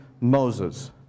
Moses